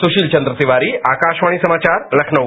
सुशील चन्द्र तिवारी आकाशवाणी समाचार लाखनऊ